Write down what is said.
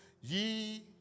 Ye